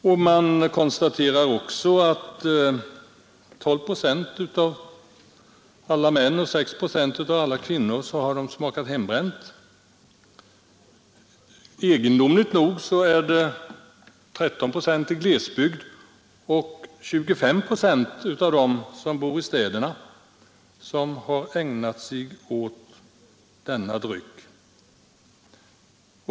Undersökningen visar också att 12 procent av alla män och 6 procent av alla kvinnor har smakat hembränt. Egendomligt nog har bara 13 procent i glesbygden men 25 procent av dem som bor i storstäderna använt denna dryck.